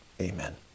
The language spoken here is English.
Amen